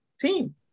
team